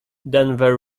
denver